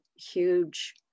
huge